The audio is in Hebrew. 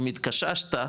אם התקששת,